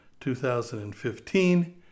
2015